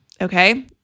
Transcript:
Okay